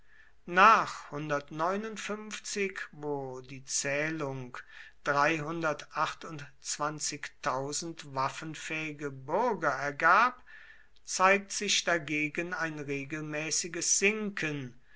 nach wo die zählung waffenfähige bürger ergab zeigt sich dagegen ein regelmäßiges sinken